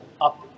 up